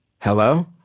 Hello